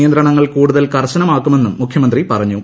നിയന്ത്രണങ്ങൾ കൂടുതൽ കർശനമാക്കുമെന്നും മുഖ്യമന്ത്രി പറഞ്ഞു